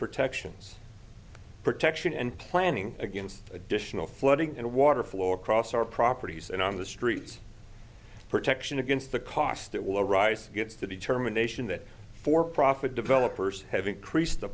protections protection and planning against additional flooding and water flow across our properties and on the streets protection against the costs that will arise gets the determination that for profit developers have increased the